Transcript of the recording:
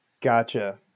Gotcha